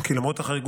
כי למרות החריגות,